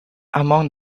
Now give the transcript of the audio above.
among